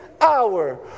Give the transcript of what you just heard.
hour